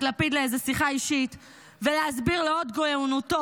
לפיד לאיזו שיחה אישית ולהסביר להוד גאונותו,